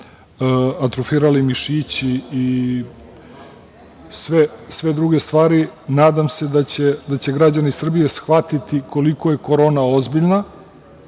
atrofirali mišići i sve druge stvari, nadam se da će građani Srbije shvatiti koliko je korona ozbiljna